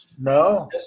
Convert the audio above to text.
no